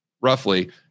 roughly